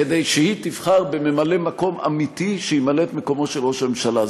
כדי שהיא תבחר בממלא מקום אמיתי שימלא את מקומו של ראש הממשלה.